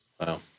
Wow